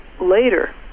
later